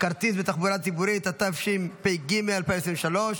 כרטיס בתחבורה ציבורית, התשפ"ג 2023,